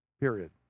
period